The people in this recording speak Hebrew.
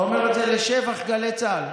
אתה אומר את זה לשבח גלי צה"ל.